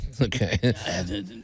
Okay